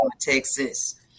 Texas